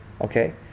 Okay